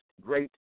great